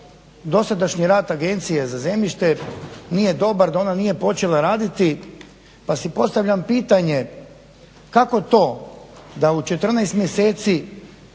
dosadašnji rad Agencije za zemljište nije dobar, da ona nije počela raditi pa si postavljam pitanje kako to da u 14 mjeseci